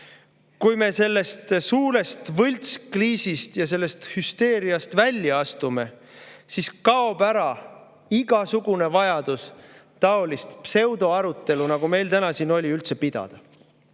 kui me sellest suurest võltskriisist ja hüsteeriast välja astume, siis kaob ära igasugune vajadus sellist pseudoarutelu, nagu meil täna siin oli, üldse pidada.